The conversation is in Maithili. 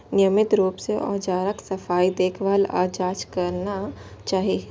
नियमित रूप सं औजारक सफाई, देखभाल आ जांच करना चाही